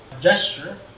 gesture